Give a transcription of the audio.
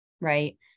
Right